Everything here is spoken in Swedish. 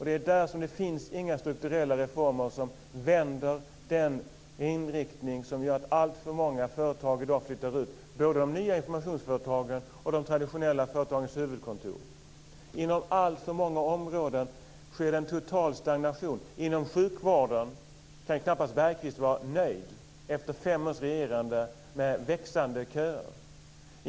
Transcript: Det är där som det inte finns några strukturella reformer som vänder den inriktning som gör att alltför många företag i dag flyttar ut, både de nya informationsföretagen och de traditionella företagens huvudkontor. Inom alltför många områden sker det en total stagnation. Bergqvist kan knappast efter fem års regerande vara nöjd med sjukvårdens växande köer.